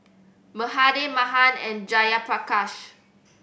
Mahade Mahan and Jayaprakash